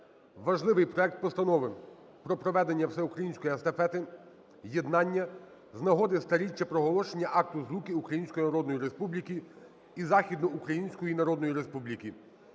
важливий проект Постанови про проведення Всеукраїнської Естафети Єднання з нагоди 100-річчя проголошення Акта Злуки Української Народної Республіки і Західноукраїнської Народної Республіки,